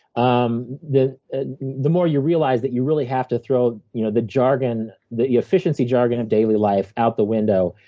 um the the more you realize that you really have to throw you know the jargon the efficiency jargon of daily life out the window,